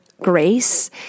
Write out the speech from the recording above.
grace